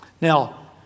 Now